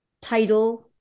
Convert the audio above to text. title